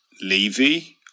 Levy